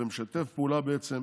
ומשתף פעולה, בעצם,